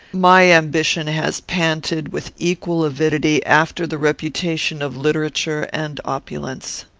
my ambition has panted, with equal avidity, after the reputation of literature and opulence.